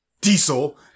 diesel